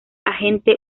agente